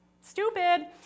Stupid